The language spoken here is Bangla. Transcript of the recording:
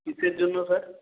কিসের জন্য স্যার